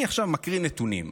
אני עכשיו מקריא נתונים.